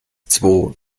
zwo